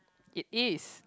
it is